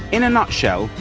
in a nut shell,